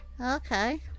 okay